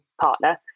partner